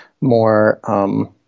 more